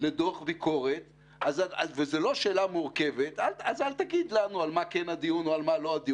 לדוח ביקורת וזו לא שאלה מורכבת אז אל תגיד לנו על מה הדיון ועל מה לא.